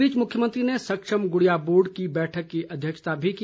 इस बीच मुख्यमंत्री ने सक्षम गुड़िया बोर्ड की बैठक की अध्यक्षता भी की